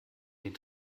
den